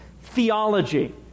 theology